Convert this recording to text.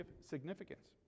significance